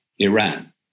Iran